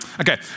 Okay